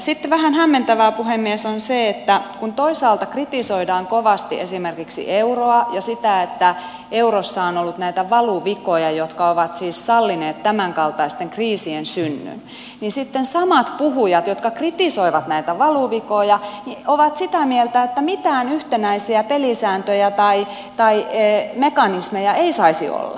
sitten vähän hämmentävää puhemies on se että kun toisaalta kritisoidaan kovasti esimerkiksi euroa ja sitä että eurossa on ollut näitä valuvikoja jotka ovat siis sallineet tämänkaltaisten kriisien synnyn niin sitten samat puhujat jotka kritisoivat näitä valuvikoja ovat sitä mieltä että mitään yhtenäisiä pelisääntöjä tai mekanismeja ei saisi olla